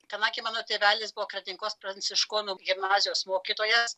kadangi mano tėvelis po kretingos pranciškonų gimnazijos mokytojas